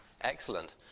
excellent